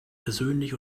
persönlich